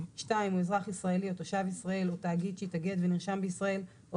(2)הוא אזרח ישראלי או תושב ישראל או תאגיד שהתאגד ונרשם בישראל או